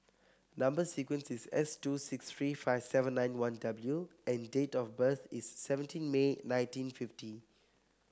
number sequence is S two six three five seven nine one W and date of birth is seventeen May nineteen fifty